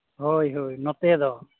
ᱦᱳᱭ ᱦᱳᱭ ᱱᱚᱛᱮ ᱫᱚ